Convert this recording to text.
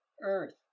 earth